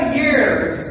years